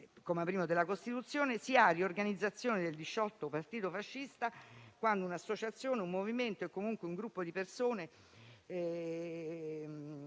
(comma primo) della Costituzione, si ha riorganizzazione del disciolto partito fascista quando una associazione o un movimento - o comunque un gruppo di persone